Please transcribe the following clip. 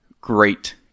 great